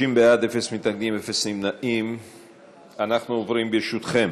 אנחנו עוברים, ברשותכם,